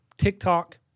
TikTok